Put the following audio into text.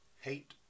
hate